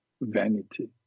vanity